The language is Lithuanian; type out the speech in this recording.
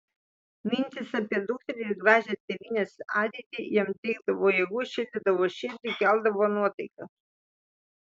mintys apie dukterį ir gražią tėvynės ateitį jam teikdavo jėgų šildydavo širdį keldavo nuotaiką